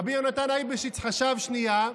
רבי יהונתן אייבשיץ חשב שנייה,